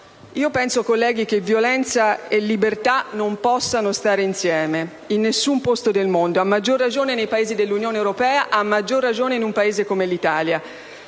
Io penso, colleghi, che violenza e libertà non possano stare insieme in nessun posto del mondo: a maggior ragione nei Paesi dell'Unione europea, a maggior ragione in un Paese come l'Italia,